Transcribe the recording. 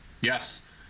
Yes